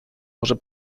może